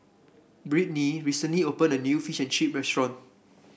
Brittnay recently opened a new Fish and Chips restaurant